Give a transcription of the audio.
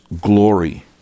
glory